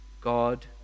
God